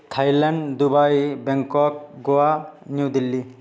Thailand Dubai Bangkok Goa New Delhi